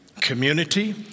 community